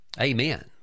amen